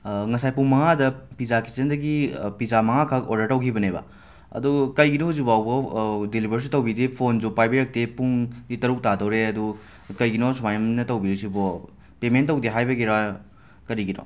ꯉꯁꯥꯏ ꯄꯨꯡ ꯃꯉꯥꯗ ꯄꯤꯖꯥ ꯀꯤꯆꯟꯗꯒꯤ ꯄꯤꯖꯥ ꯃꯉꯥꯈꯛ ꯑꯣꯗꯔ ꯇꯧꯒꯤꯕꯅꯦꯕ ꯑꯗꯣ ꯀꯩꯒꯤꯅꯣ ꯍꯧꯖꯤꯛꯐꯥꯎꯕꯧ ꯗꯤꯂꯤꯕꯔꯁꯨ ꯇꯧꯕꯤꯗꯦ ꯐꯣꯟꯁꯨ ꯄꯥꯏꯕꯤꯔꯛꯇꯦ ꯄꯨꯡꯗꯤ ꯇꯔꯨꯛ ꯇꯥꯗꯣꯔꯦ ꯑꯗꯨ ꯀꯩꯒꯤꯅꯣ ꯁꯨꯃꯥꯏꯅ ꯇꯧꯕꯤꯔꯤꯁꯤꯕꯣ ꯄꯦꯃꯦꯟ ꯇꯧꯗꯦ ꯍꯥꯏꯕꯒꯤꯔ ꯀꯔꯤꯒꯤꯅꯣ